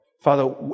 Father